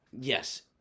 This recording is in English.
yes